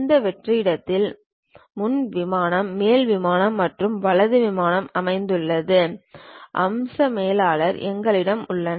இந்த வெற்று இடத்தில் முன் விமானம் மேல் விமானம் மற்றும் வலது விமானம் அமைந்துள்ள அம்ச மேலாளர் எங்களிடம் உள்ளனர்